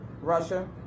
Russia